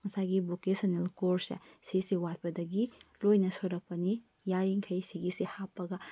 ꯉꯁꯥꯏꯒꯤ ꯚꯣꯀꯦꯁꯟꯅꯦꯜ ꯀꯣꯔꯁꯁꯦ ꯑꯁꯤꯁꯦ ꯋꯥꯠꯄꯗꯒꯤ ꯂꯣꯏꯅ ꯁꯣꯏꯔꯛꯄꯅꯤ ꯌꯥꯔꯤꯡꯈꯩ ꯁꯤꯒꯤꯁꯤ ꯍꯥꯞꯄꯒ